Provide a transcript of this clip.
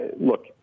Look